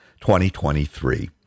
2023